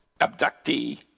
abductee